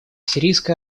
сирийская